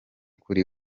kuri